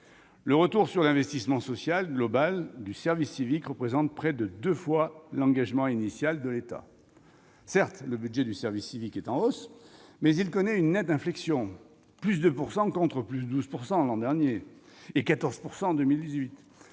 Le retour sur l'investissement social global du service civique représente près de deux fois l'engagement initial de l'État. Certes, le budget du service civique est en hausse, mais il connaît une nette inflexion : +2 %, contre +12 % l'an dernier et +14 % en 2018.